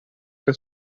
das